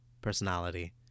Personality